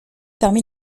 parmi